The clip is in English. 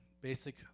basic